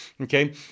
okay